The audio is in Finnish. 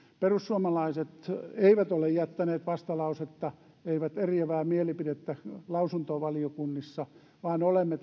perussuomalaiset eivät ole jättäneet vastalausetta eivät eriävää mielipidettä lausuntovaliokunnissa vaan olemme